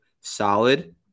solid